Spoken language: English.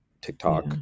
TikTok